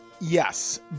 yes